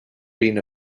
been